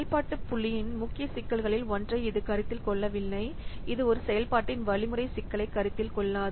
செயல்பாட்டு புள்ளியின் முக்கிய சிக்கல்களில் ஒன்றை இது கருத்தில் கொள்ளவில்லை இது ஒரு செயல்பாட்டின் வழிமுறை சிக்கலைக் கருத்தில் கொள்ளாது